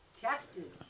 Tested